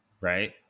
Right